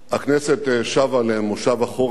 הכנסת שבה למושב החורף